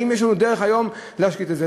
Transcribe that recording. האם יש לנו דרך היום להשקיט את זה?